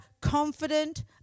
confident